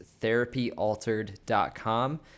therapyaltered.com